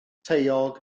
taeog